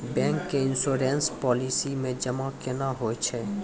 Bank के insurance policy मे जमा केना होय छै?